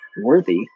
worthy